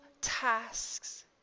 tasks